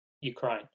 Ukraine